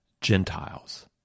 Gentiles